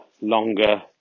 longer